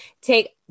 take